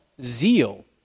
zeal